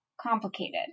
complicated